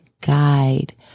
guide